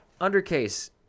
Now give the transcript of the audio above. Undercase